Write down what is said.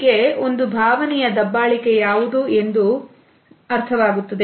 ಹೀಗೆ ಒಂದು ಭಾವನೆಯು ದಬ್ಬಾಳಿಕೆ ಯಾವುದು ಎಂದು ಅರ್ಥವಾಗುತ್ತದೆ